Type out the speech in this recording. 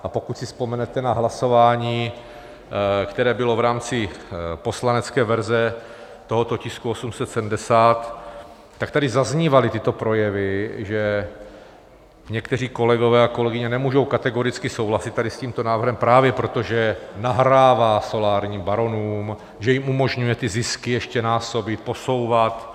A pokud si vzpomenete na hlasování, které bylo v rámci poslanecké verze tohoto tisku 870, tak tady zaznívaly tyto projevy, že někteří kolegové a kolegyně nemůžou kategoricky souhlasit s tímto návrhem právě proto, že nahrává solárním baronům, že jim umožňuje zisky ještě násobit, posouvat.